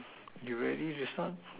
you ready to start